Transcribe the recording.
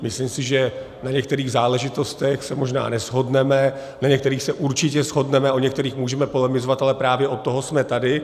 Myslím si, že na některých záležitostech se možná neshodneme, na některých se určitě shodneme a o některých můžeme polemizovat, ale právě od toho jsme tady.